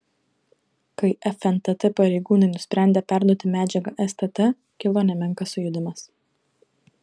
kai fntt pareigūnai nusprendė perduoti medžiagą stt kilo nemenkas sujudimas